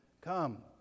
come